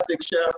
chef